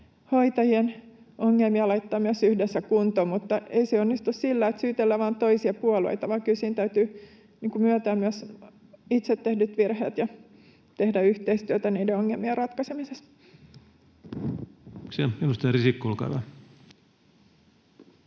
hoitajien ongelmia laittaa myös yhdessä kuntoon, mutta ei se onnistu sillä, että syytellään vain toisia puolueita, vaan kyllä siinä täytyy myöntää myös itse tehdyt virheet ja tehdä yhteistyötä niiden ongelmien ratkaisemisessa.